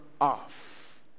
off